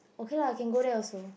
okay lah you can go there also